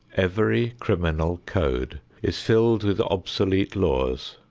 every criminal code is filled with obsolete laws,